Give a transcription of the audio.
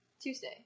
Tuesday